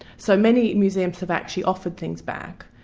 so many museums have actually offered things back,